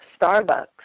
Starbucks